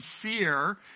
sincere